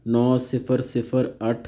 ਨੌ ਸਿਫ਼ਰ ਸਿਫ਼ਰ ਅੱਠ